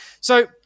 So-